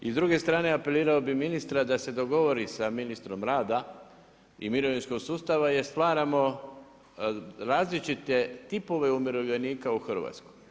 I s druge strane apelirao bih ministra da se dogovori sa ministrom rada i mirovinskog sustava jer stvaramo različite tipove umirovljenika u Hrvatskoj.